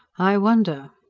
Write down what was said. i wonder!